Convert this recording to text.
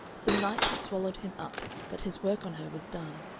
the night had swallowed him up, but his work on her was done.